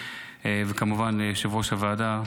וכמובן ליושב-ראש הוועדה,